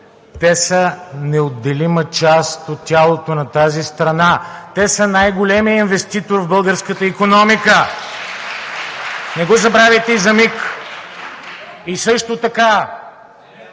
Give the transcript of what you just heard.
Те са неотделима част от тялото на тази страна. Те са най-големият инвеститор в българската икономика. (Ръкопляскания от ДБ.) Не го забравяйте и за миг. Също така